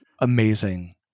amazing